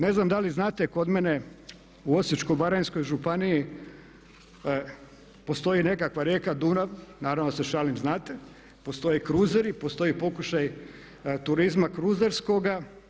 Ne znam da li znate kod mene u Osječko-baranjskoj županiji postoji nekakva rijeka Dunav, naravno da se šalim, znate, postoje kruzeri, postoje pokušaji turizma kruzerskog.